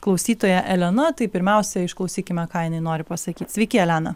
klausytoja elena tai pirmiausia išklausykime ką jinai nori pasakyt sveiki elena